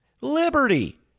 Liberty